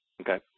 Okay